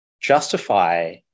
justify